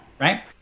right